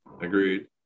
Agreed